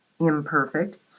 Imperfect